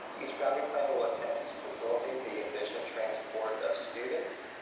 each boundary plan will attempt to facilitate the efficient transport of students.